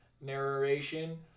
narration